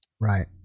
Right